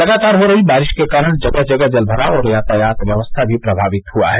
लगातार हो रही बारिश के कारण जगह जगह जल भराव और यातायात व्यवस्था भी प्रभावित हुआ है